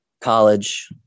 college